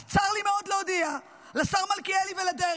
אז צר לי מאוד להודיע לשר מלכיאלי ולדרעי,